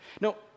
No